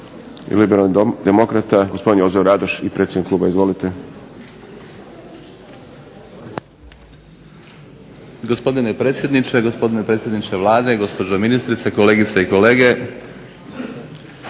i Liberalnih demokrata gospodin Jozo Radoš i predsjednik kluba. Izvolite. **Radoš, Jozo (HNS)** Gospodine predsjedniče, gospodine predsjedniče Vlade, gospođo ministrice, kolegice i kolege.